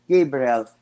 Gabriel